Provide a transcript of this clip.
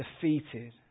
defeated